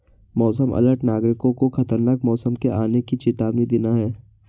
मौसम अलर्ट नागरिकों को खतरनाक मौसम के आने की चेतावनी देना है